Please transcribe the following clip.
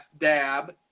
dab